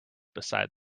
beside